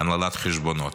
הנהלת חשבונות,